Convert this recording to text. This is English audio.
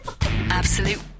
Absolute